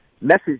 message